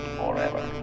forever